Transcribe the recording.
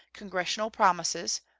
congressional promises,